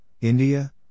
India